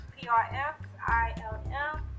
P-R-F-I-L-M